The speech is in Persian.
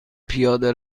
پیاده